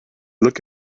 look